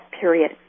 period